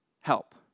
help